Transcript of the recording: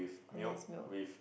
condensed milk